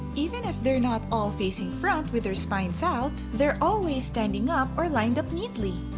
even if they're not all facing front with their spines out, they're always standing up or lined up neatly!